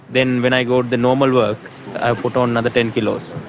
then when i go to the normal work i put on another ten kilos.